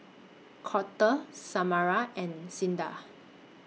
Colter Samara and Cinda